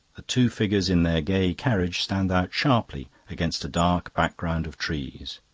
the two figures in their gay carriage stand out sharply against a dark background of trees